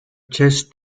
chess